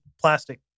plastic